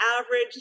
average